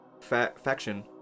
faction